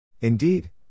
Indeed